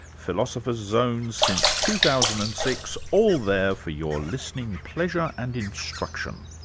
philosopher's zones since two thousand and six all there for your listening pleasure and instruction!